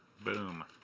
Boom